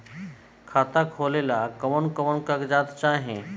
खाता खोलेला कवन कवन कागज चाहीं?